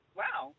wow